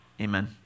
Amen